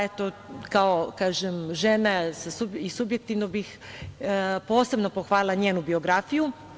Eto, kao žena, subjektivno bih, posebno pohvalila njenu biografiju.